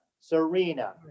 Serena